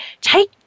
Take